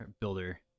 builder